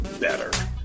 better